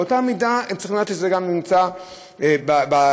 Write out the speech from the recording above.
באותה מידה הם צריכים לדעת שזה נמצא גם באינטרנט,